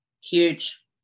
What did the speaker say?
Huge